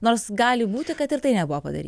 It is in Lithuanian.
nors gali būti kad ir tai nebuvo padary